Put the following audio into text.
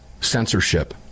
censorship